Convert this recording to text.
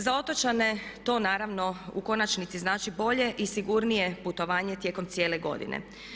Za otočane to naravno u konačnici znači bolje i sigurnije putovanje tijekom cijele godine.